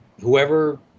whoever